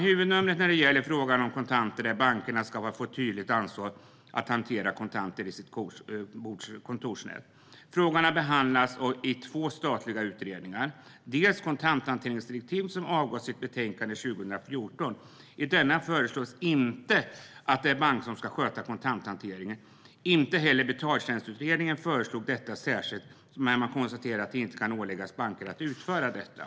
Huvudnumret när det gäller frågan om kontanter är att bankerna ska få ett tydligt ansvar för att hantera kontanter i sina kontorsnät. Frågan har behandlats i två statliga utredningar. Kontanthanteringsutredningen avgav sitt betänkande 2014. I detta föreslås inte att det är banker som ska sköta kontanthanteringen. Inte heller Betaltjänstutredningen föreslog detta särskilt utan konstaterade att det inte kan åläggas banker att utföra detta.